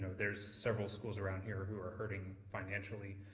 there are several schools around here who are hurting financially,